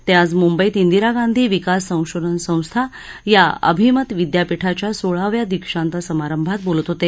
ते आज मुंबईत इंदिरा गांधी विकास संशोधन संस्था या अभिमत विद्यापिठाच्या सोळाव्या दीक्षांत समारंभात बोलत होते